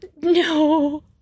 No